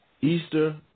Easter